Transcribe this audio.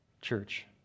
church